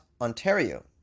Ontario